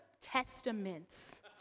Testaments